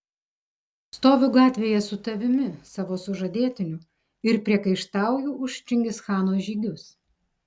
stoviu gatvėje su tavimi savo sužadėtiniu ir priekaištauju už čingischano žygius